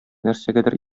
нәрсәгәдер